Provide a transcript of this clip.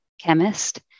chemist